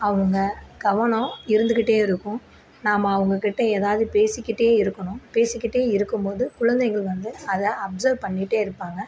அவங்க கவனம் இருந்துகிட்டே இருக்கும் நாம அவங்க கிட்ட எதாவது பேசி கிட்டே இருக்கணும் பேசி கிட்டே இருக்கும்போது குழந்தைகள் வந்து அதை அப்சர்வ் பண்ணிகிட்டே இருப்பாங்க